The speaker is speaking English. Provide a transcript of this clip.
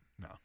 no